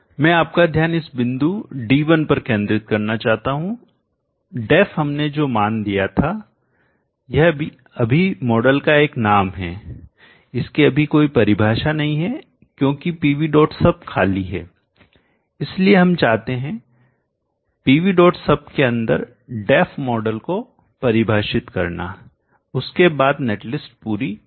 मैं आपका ध्यान इस बिंदु D1 पर केंद्रित करना चाहता हूं Def हमने जो मान दिया था यह अभी मॉडल का एक नाम है इसकी अभी कोई परिभाषा नहीं है क्योंकि pvsub खाली है इसलिए हम चाहते हैं pvsub के अंदर Def मॉडल को परिभाषित करना उसके बाद नेट लिस्ट पूरी हो जाएगी